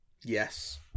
yes